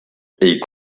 est